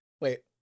Wait